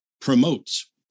promotes